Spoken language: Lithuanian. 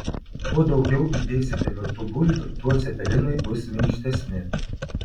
kuo daugiau įdėsite virtų bulvių tuo cepelinai bus minkštesni